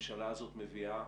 שהממשלה הזאת מביאה,